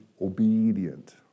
obedient